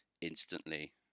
instantly